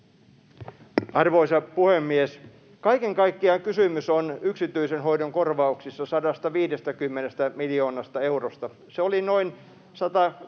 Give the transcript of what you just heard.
Arvoisa puhemies! Kaiken kaikkiaan kysymys on yksityisen hoidon korvauksissa 150 miljoonasta eurosta. Se oli noin 350